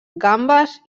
gambes